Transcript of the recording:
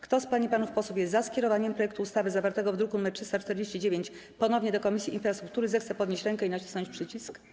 Kto z pań i panów posłów jest za skierowaniem projektu ustawy zawartego w druku nr 349 ponownie do Komisji Infrastruktury, zechce podnieść rękę i nacisnąć przycisk.